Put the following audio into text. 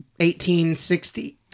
1860